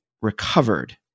recovered